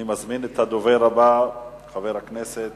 אני מזמין את הדובר הבא, חבר הכנסת